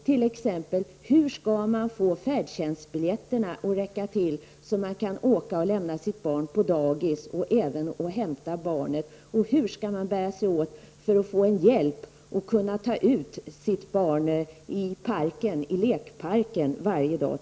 Hur skall man t.ex. få färdtjänstbiljetterna att räcka till så att man kan åka och lämna sitt barn på dagis och även hämta barnet? Hur skall man bära sig åt för att få hjälp att t.ex. ta ut sitt barn till lekparken varje dag?